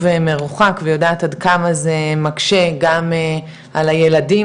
מרוחק ויודעת עד כמה זה מקשה גם על הילדים,